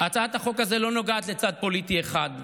הצעת החוק הזו לא נוגעת לצד פוליטי אחד,